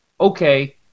okay